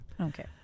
Okay